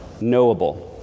knowable